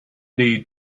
need